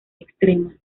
extrema